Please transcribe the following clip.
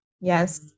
yes